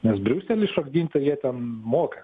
nes briuselis šokdint tai jie ten moka